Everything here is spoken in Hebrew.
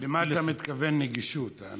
למה אתה מתכוון בנגישות?